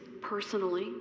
personally